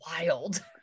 wild